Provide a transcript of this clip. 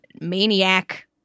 maniac